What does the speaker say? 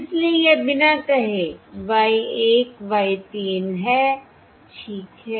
इसलिए यह बिना कहे Y 1 Y 3 है ठीक है